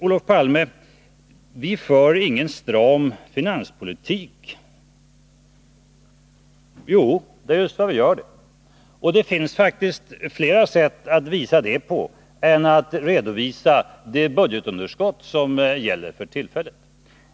Olof Palme säger att vi inte för någon stram finanspolitik. Jo, det är just vad vi gör! Och det finns faktiskt flera sätt att visa det på än genom att redovisa det budgetunderskott som gäller för tillfället.